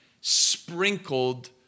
sprinkled